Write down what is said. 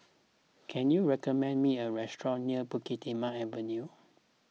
can you recommend me a restaurant near Bukit Timah Avenue